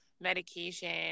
medication